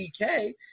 DK